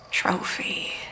Trophy